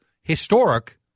historic